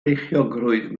beichiogrwydd